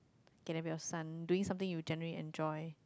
can have you sun doing something you generally enjoy